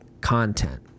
content